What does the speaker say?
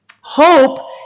Hope